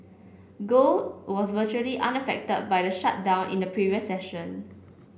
gold was virtually unaffected by the shutdown in the previous session